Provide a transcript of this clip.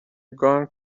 going